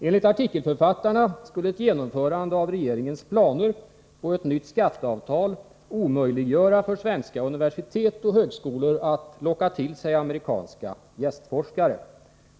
Enligt artikelförfattarna skulle ett genomförande av regeringens planer på ett nytt skatteavtal omöjliggöra för svenska universitet och högskolor att locka till sig amerikanska gästforskare.